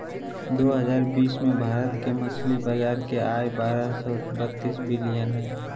दो हजार बीस में भारत के मछली बाजार के आय बारह सो बतीस बिलियन हइ